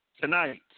tonight